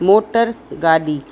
motor गाॾी